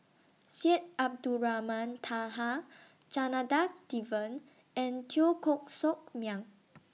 Syed Abdulrahman Taha Janadas Devan and Teo Koh Sock Miang